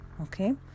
okay